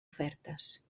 ofertes